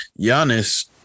Giannis